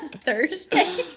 Thursday